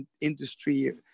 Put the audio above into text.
industry